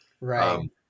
right